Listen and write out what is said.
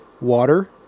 Water